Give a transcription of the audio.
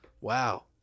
Wow